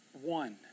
one